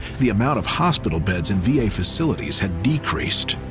the amount of hospital beds in va facilities had decreased.